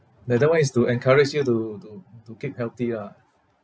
another one is to encourage you to to to keep healthy lah